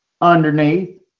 Underneath